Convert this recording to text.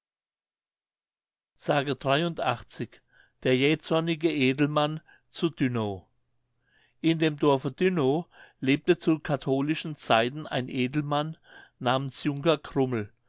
s der jähzornige edelmann zu dünnow in dem dorfe dünnow lebte zu katholischen zeiten ein edelmann namens